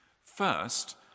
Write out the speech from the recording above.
First